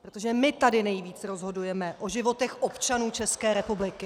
Protože my tady nejvíc rozhodujeme o životech občanů České republiky!